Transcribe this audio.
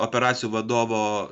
operacijų vadovo